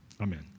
Amen